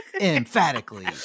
emphatically